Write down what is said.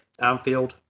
Armfield